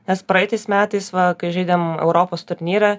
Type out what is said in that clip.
nes praeitais metais va kai žaidėm europos turnyrą